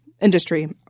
industry